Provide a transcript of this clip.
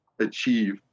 achieve